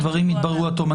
הדברים יתבררו עד תום.